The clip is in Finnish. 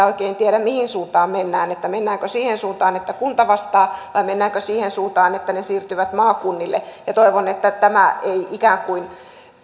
oikein tiedä mihin suuntaan mennään mennäänkö siihen suuntaan että kunta vastaa vai mennäänkö siihen suuntaan että ne siirtyvät maakunnille toivon että tämä ei